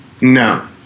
no